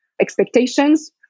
expectations